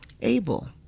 Abel